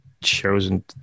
chosen